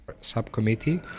subcommittee